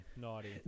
naughty